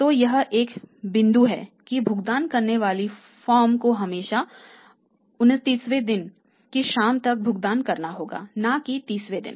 तो यह एक बिंदु है कि भुगतान करने वाली फर्म को हमेशा 29 वें दिन की शाम तक भुगतान करना होगा ना की 30 वें दिन